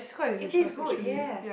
it is good yes